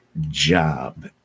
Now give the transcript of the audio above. job